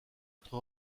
être